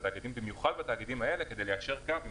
במיוחד בתאגידים האלה כדי ליישר קו.